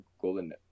golden